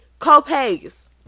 copays